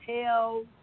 hell